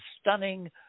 stunning